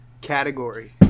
Category